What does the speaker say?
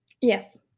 Yes